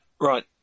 Right